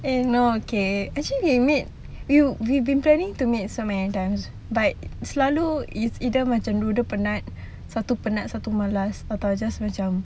eh no okay actually we meet we've been planning to meet so many times but selalu it's either macam dia penat satu penat satu malas atau just macam